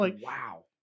wow